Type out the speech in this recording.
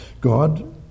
God